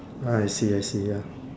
ah I see I see ya